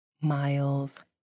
miles